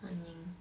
ah ning